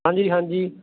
ਹਾਂਜੀ ਹਾਂਜੀ